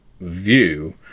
view